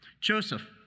joseph